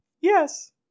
Yes